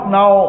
now